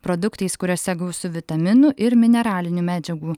produktais kuriuose gausu vitaminų ir mineralinių medžiagų